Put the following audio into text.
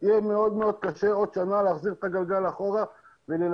יהיה מאוד מאוד קשה עוד שנה להחזיר את הגלגל אחורה ולהילחם.